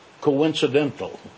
coincidental